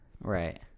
right